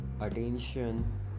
attention